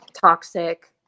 toxic